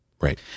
right